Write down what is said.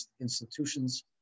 Institutions